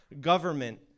government